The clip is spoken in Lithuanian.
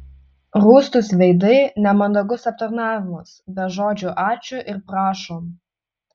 rūstūs veidai nemandagus aptarnavimas be žodžių ačiū ir prašom